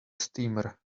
steamer